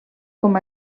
com